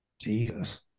Jesus